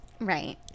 right